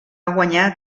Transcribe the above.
guanyar